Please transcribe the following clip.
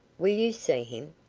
will you see him?